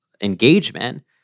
engagement